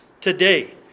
Today